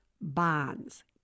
bonds